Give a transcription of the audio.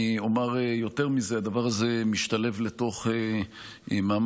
אני אומר יותר מזה: הדבר הזה משתלב בתוך מאמץ